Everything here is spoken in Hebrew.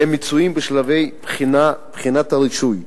והם מצויים בשלבי בחינת הרישוי.